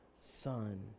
Son